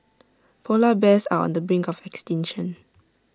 Polar Bears are on the brink of extinction